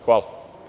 Hvala.